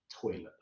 toilet